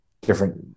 different